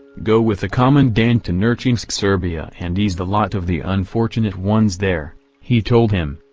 go with the commandant to nerchinsk' serbia, and ease the lot of the unfortunate ones there he told him,